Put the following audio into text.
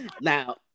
now